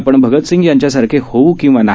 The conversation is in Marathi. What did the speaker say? आपण भगतसिंग यांच्यासारखे होऊ किंवा नाही